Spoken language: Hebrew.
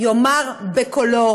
יאמר בקולו